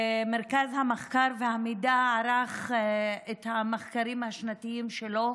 מרכז המחקר והמידע ערך את המחקרים השנתיים שלו,